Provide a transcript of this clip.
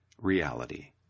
reality